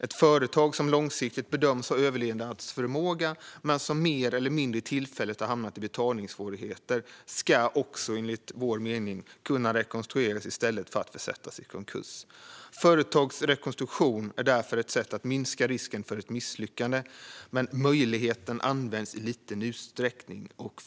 Ett företag som långsiktigt bedöms ha överlevnadsförmåga men som mer eller mindre tillfälligt har hamnat i betalningssvårigheter ska också enligt vår mening kunna rekonstrueras i stället för att försättas i konkurs. Företagsrekonstruktion är därför ett sätt att minska risken för ett misslyckande, men möjligheten används i liten utsträckning.